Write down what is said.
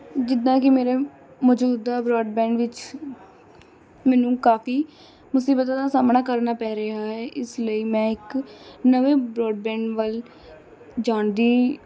ਜਿੱਦਾਂ ਕਿ ਮੇਰੇ ਮੌਜੂਦਾ ਬ੍ਰੋਡਬੈਂਡ ਵਿੱਚ ਮੈਨੂੰ ਕਾਫ਼ੀ ਮੁਸੀਬਤਾਂ ਦਾ ਸਾਹਮਣਾ ਕਰਨਾ ਪੈ ਰਿਹਾ ਹੈ ਇਸ ਲਈ ਮੈਂ ਇੱਕ ਨਵੇਂ ਬ੍ਰੋਡਬੈਂਡ ਵੱਲ ਜਾਣ ਦੀ